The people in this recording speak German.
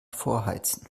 vorheizen